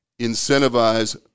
incentivize